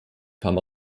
kam